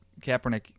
Kaepernick